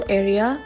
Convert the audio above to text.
area